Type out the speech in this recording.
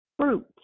fruit